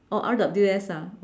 oh R_W_S ah